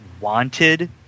wanted